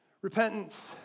Repentance